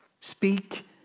speak